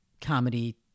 comedy